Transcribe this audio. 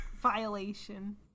violation